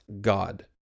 God